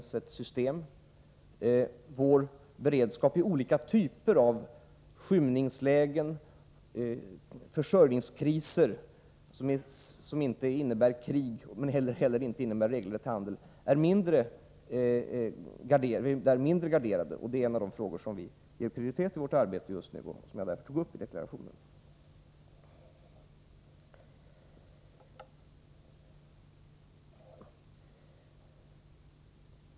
När det gäller vår beredskap för olika typer av skymningslägen och försörjningskriser, som inte innebär krig men som omöjliggör regelrätt handel, är vi mindre garderade, och det är en av de frågor som vi ger prioritet i vårt arbete just nu och som jag därför tog upp i deklarationen.